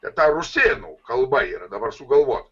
tai ta rusėnų kalba yra dabar sugalvot